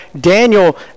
Daniel